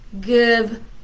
give